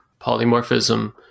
polymorphism